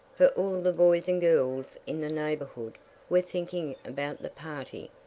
for all the boys and girls in the neighborhood were thinking about the party.